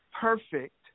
perfect